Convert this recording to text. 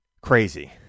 Crazy